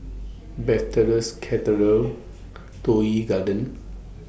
Bethesda's Cathedral Toh Yi Garden